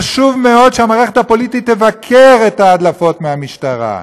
חשוב מאוד שהמערכת הפוליטית תבקר את ההדלפות מהמשטרה.